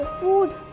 food